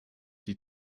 die